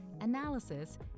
analysis